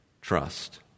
Trust